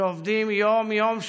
שעובדים יום-יום,